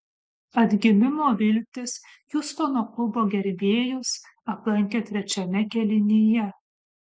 atgimimo viltys hjustono klubo gerbėjus aplankė trečiame kėlinyje